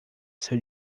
seu